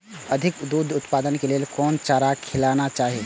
अधिक दूध उत्पादन के लेल कोन चारा खिलाना चाही?